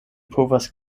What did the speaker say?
povas